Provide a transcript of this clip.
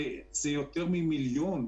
מדובר פה על יותר ממיליון אנשים,